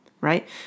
right